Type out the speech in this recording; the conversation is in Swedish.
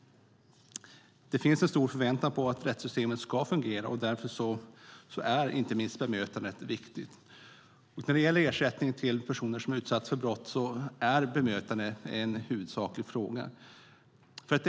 Det finns en stor förväntan på att rättssystemet ska fungera, och därför är inte minst bemötandet viktigt. När det gäller ersättning till personer som utsatts för brott är bemötandet en huvudsaklig fråga.